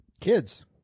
Kids